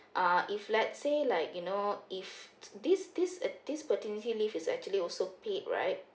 uh if let's say like you know if this this uh this paternity leave is actually also paid right